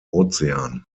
ozean